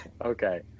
Okay